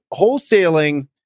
wholesaling